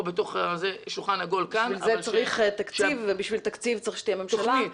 בשביל זה צריך תקציב ובשביל תקציב צריכה להיות ממשלה.